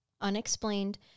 unexplained